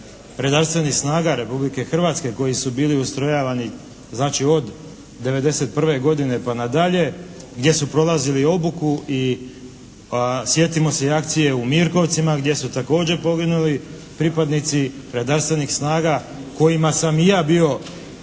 Redarstvenih snaga Republike Hrvatske, koji su bili ustrojavani znači od '91. godine pa nadalje, gdje su prolazili obuku i sjetimo se i akcije u Mirkovcima gdje su također poginuli pripadnici redarstvenih snaga kojima sam i ja bio